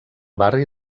barri